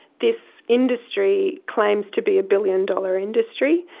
this industry claims to be a billion-dollar industry.